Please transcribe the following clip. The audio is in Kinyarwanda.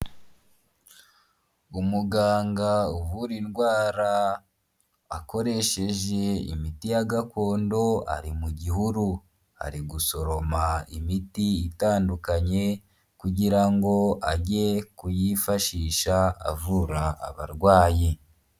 Umuganga uvura indwara akoresheje imiti ya gakondo ari mu gihuru ari gusoroma imiti itandukanye kugira ngo ajye kuyifashisha avura abarwayi.